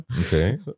Okay